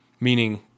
meaning